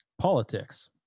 politics